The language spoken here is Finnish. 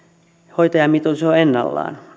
hoitajamitoitus on ennallaan